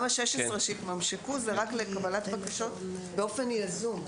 גם ה-16 שהתממשקו זה רק לקבלת בקשות באופן יזום.